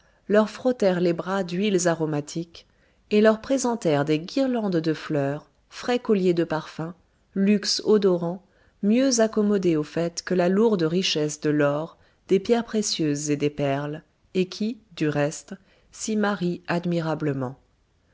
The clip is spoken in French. leur frottèrent les bras d'huiles aromatiques et leur présentèrent des guirlandes de fleurs frais colliers de parfums luxe odorant mieux accommodé aux fêtes que la lourde richesse de l'or des pierres précieuses et des perles et qui du reste s'y marie admirablement